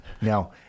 now